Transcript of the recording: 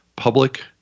public